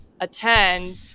Attend